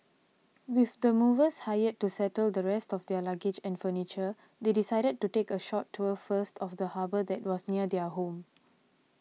with the movers hired to settle the rest of their luggage and furniture they decided to take a short tour first of the harbour that was near their new home